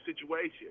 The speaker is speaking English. situation